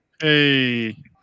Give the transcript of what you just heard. Hey